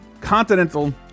continental